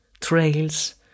trails